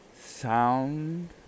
sound